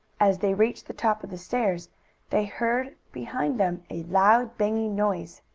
as they reached the top of the stairs they heard behind them a loud banging noise.